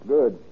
Good